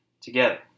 together